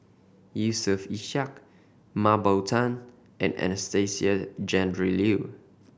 Yusof Ishak Mah Bow Tan and Anastasia Tjendri Liew